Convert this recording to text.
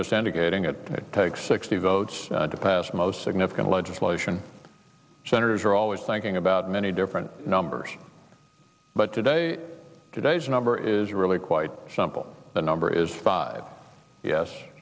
getting it takes sixty votes to pass most significant legislation senators are always thinking about many different numbers but today today's number is really quite simple the number is five yes